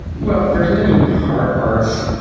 well, there's many hard parts,